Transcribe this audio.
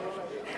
אוקיי.